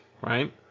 right